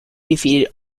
defeated